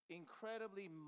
incredibly